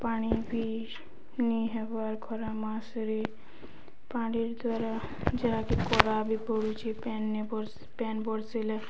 ପାଣି ବି ନି ହେବାର୍ ଖରା ମାସରେ ପାଣିର୍ ଦ୍ୱାରା ଯାହାକି କରା ବିି ପଡ଼ୁଛେ ପେନ୍ ପେନ୍ ନି ବର୍ଷିଲେ